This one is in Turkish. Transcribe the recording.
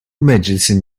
meclisin